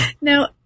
Now